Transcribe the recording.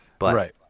Right